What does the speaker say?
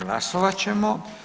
Glasovat ćemo.